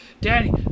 Daddy